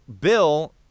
Bill